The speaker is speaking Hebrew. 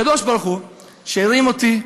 הקדוש-ברוך-הוא שהרים אותי,